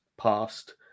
past